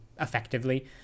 effectively